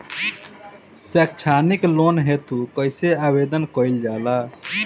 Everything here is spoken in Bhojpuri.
सैक्षणिक लोन हेतु कइसे आवेदन कइल जाला?